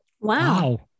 Wow